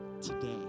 today